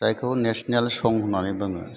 जायखौ नेसनेल सं होनानै बुङो